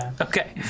Okay